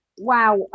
wow